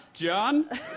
John